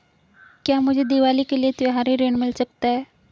क्या मुझे दीवाली के लिए त्यौहारी ऋण मिल सकता है?